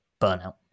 burnout